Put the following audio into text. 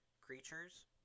Creatures